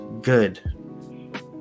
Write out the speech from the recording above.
good